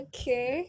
Okay